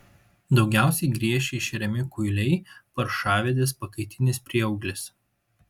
daugiausiai griežčiais šeriami kuiliai paršavedės pakaitinis prieauglis